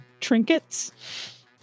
trinkets